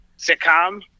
sitcom